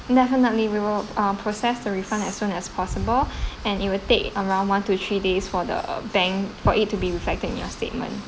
definitely we will ah process the refund as soon as possible and it will take around one to three days for the bank for it to be reflected in your statement